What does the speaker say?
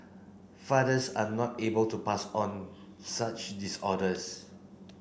fathers are not able to pass on such disorders